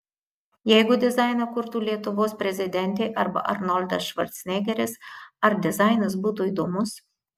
jeigu dizainą kurtų lietuvos prezidentė arba arnoldas švarcnegeris ar dizainas būtų įdomus